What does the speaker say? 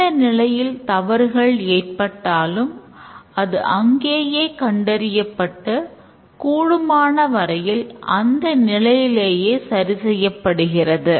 எந்த நிலையில் தவறுகள் ஏற்பட்டாலும் அது அங்கேயே கண்டறியப்பட்டு கூடுமானவரையில் அந்த நிலையிலேயே சரி செய்யப்படுகிறது